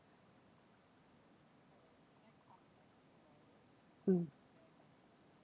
mm